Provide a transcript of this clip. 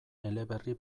eleberri